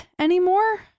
anymore